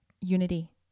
unity